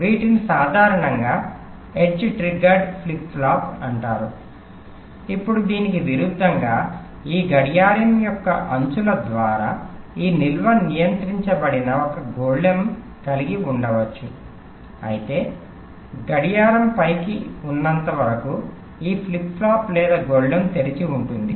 వీటిని సాధారణంగా edge triggered flip flop అంటారు ఇప్పుడు దీనికి విరుద్ధంగా ఈ గడియారం యొక్క అంచుల ద్వారా ఈ నిల్వ నియంత్రించబడని ఒక గొళ్ళెం కలిగి ఉండవచ్చు అయితే గడియారం పైకి ఉన్నంత వరకు ఈ ఫ్లిప్ ఫ్లాప్ లేదా గొళ్ళెం తెరిచి ఉంటుంది